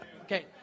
Okay